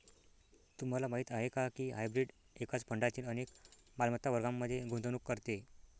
तुम्हाला माहीत आहे का की हायब्रीड एकाच फंडातील अनेक मालमत्ता वर्गांमध्ये गुंतवणूक करते?